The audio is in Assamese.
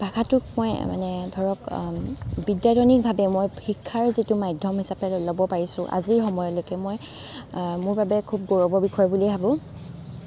ভাষাটোক মই ধৰক বিদ্যায়তনিক্ভাৱে শিক্ষাৰ যিটো মাধ্যম হিচাপে ল'ব পাৰিছোঁ আজিৰ সময়লৈকে মই মোৰ বাবে খুব গৌৰৱৰ বিষয় বুলিয়েই ভাবো